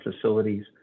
facilities